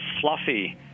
fluffy